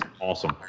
awesome